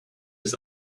his